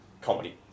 comedy